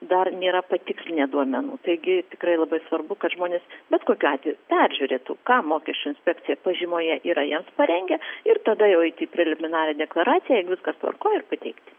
dar nėra patikslinę duomenų taigi tikrai labai svarbu kad žmonės bet kokiu atveju peržiūrėtų ką mokesčių inspekcija pažymoje yra jiems parengę ir tada jau eiti į preliminarią deklaraciją jeigu viskas tvarkoj ir pateikti